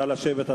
נא לשבת.